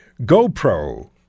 GoPro